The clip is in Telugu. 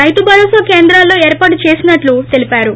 రైతు భరోసా కేంద్రాల్లో ఏర్పాటు చేసినట్లు తెలిపారు